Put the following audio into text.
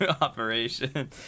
operation